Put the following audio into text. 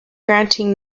granting